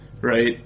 Right